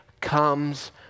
comes